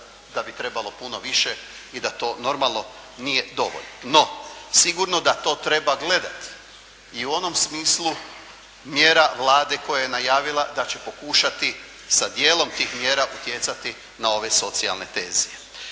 da bi trebalo puno više i da to normalno nije dovoljno. No, sigurno da to treba gledati i u onom smislu mjera Vlade koja je najavila da će pokušati sa dijelom tih mjera utjecati na ove socijalne tenzije.